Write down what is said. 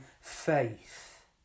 faith